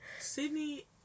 Sydney